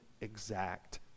exact